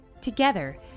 Together